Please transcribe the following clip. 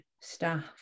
staff